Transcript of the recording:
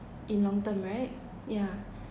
in long term right yeah